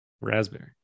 Raspberry